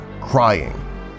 crying